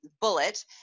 bullet